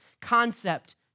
concept